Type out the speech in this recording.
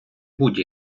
будь